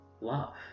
love